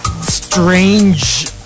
strange